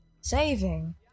saving